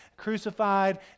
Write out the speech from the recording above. Crucified